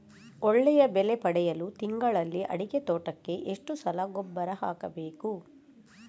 ಒಳ್ಳೆಯ ಬೆಲೆ ಪಡೆಯಲು ತಿಂಗಳಲ್ಲಿ ಅಡಿಕೆ ತೋಟಕ್ಕೆ ಎಷ್ಟು ಸಲ ಗೊಬ್ಬರ ಹಾಕಬೇಕು?